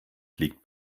liegt